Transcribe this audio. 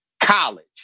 college